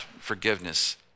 forgiveness